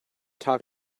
talk